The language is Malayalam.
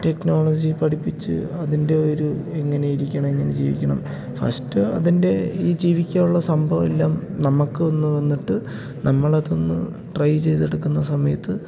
ടെക്നോളജി പഠിപ്പിച്ച് അതിൻ്റെ ഒരു എങ്ങനെയിരിക്കണം എങ്ങനെ ജീവിക്കണം ഫസ്റ്റ് അതിൻ്റെ ഈ ജീവിക്കാനുള്ള സംഭവമെല്ലാം നമുക്കൊന്ന് വന്നിട്ട് നമ്മളതൊന്ന് ട്രൈ ചെയ്തെടുക്കുന്ന സമയത്ത്